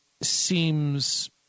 seems